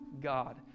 God